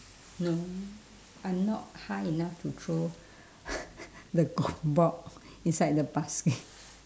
no I'm not high enough to throw the goal ball inside the basket